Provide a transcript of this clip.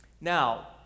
Now